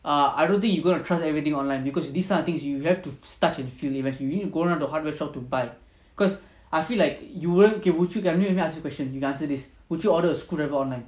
err I don't think you going to trust everything online because this kind of things you have to touch and feel it you need to go down the hardware shop to buy cause I feel like you will okay would you okay err let me ask you question you can answer this would you order a screwdriver online